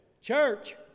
Church